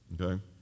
Okay